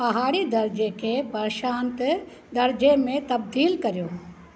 पहाड़ी दर्जे खे प्रशांत दर्जे में तब्दील कर्यो